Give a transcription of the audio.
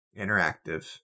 Interactive